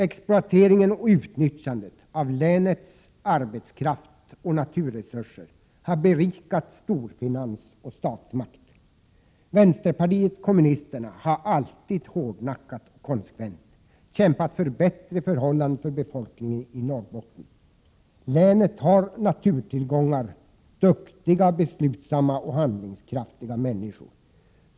Exploateringen och utnyttjandet av länets arbetskraft och naturresurser har berikat storfinans och statsmakt. Vänsterpartiet kommunisterna har alltid hårdnackat och konsekvent kämpat för bättre förhållanden för befolkningen i Norrbotten. Länet har naturtillgångar och duktiga, beslutsamma och handlingskraftiga människor.